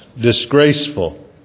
disgraceful